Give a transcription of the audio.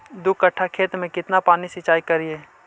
दू कट्ठा खेत में केतना पानी सीचाई करिए?